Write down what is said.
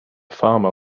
farmer